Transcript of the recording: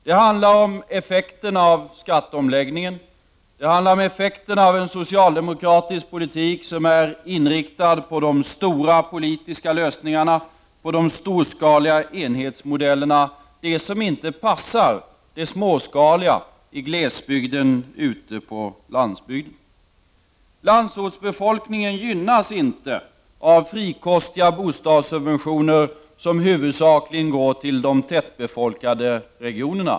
Det handlar om effekterna av skatteomläggningen, effekterna av en socialdemokratisk politik som är inriktad på de stora politiska lösningarna, de storskaliga enhetsmodellerna, de som inte passar det småskaliga i glesbygden ute på landsbygden. Landsortsbefolkningen gynnas inte av frikostiga bostadssubventioner, som huvudsakligen går till de tätbefolkade regionerna.